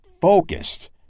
focused